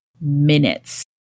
minutes